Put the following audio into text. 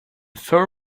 fur